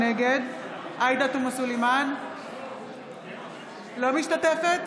נגד עאידה תומא סלימאן, אינה משתתפת